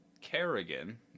Kerrigan